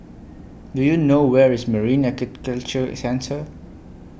Do YOU know Where IS Marine Aquaculture Centre